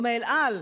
או מאל על,